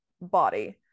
body